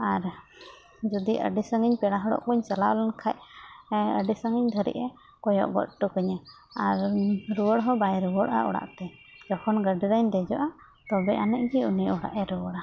ᱟᱨ ᱡᱩᱫᱤ ᱟᱹᱰᱤ ᱥᱟᱺᱜᱤᱧ ᱯᱮᱲᱟ ᱦᱚᱲᱚᱜ ᱠᱩᱧ ᱪᱟᱞᱟᱣ ᱞᱮᱱᱠᱷᱟᱱ ᱟᱹᱰᱤ ᱥᱟᱺᱜᱤᱧ ᱫᱷᱟᱹᱨᱤᱡ ᱮ ᱠᱚᱭᱚᱜ ᱜᱚᱫ ᱦᱚᱴᱚ ᱠᱟᱹᱧᱟᱹ ᱟᱨ ᱨᱩᱣᱟᱹᱲ ᱦᱚᱸ ᱵᱟᱭ ᱨᱩᱣᱟᱹᱲᱟ ᱚᱲᱟᱜ ᱛᱮ ᱡᱚᱠᱷᱚᱱ ᱜᱟᱹᱰᱤ ᱨᱮᱧ ᱫᱮᱡᱚᱜᱼᱟ ᱛᱚᱵᱮ ᱟᱹᱱᱤᱡ ᱜᱮ ᱩᱱᱤ ᱚᱲᱟᱜ ᱮ ᱨᱩᱣᱟᱹᱲᱟ